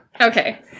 Okay